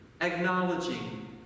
acknowledging